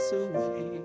away